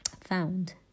found